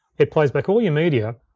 it plays back all your media,